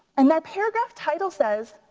and our paragraph title says,